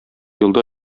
елда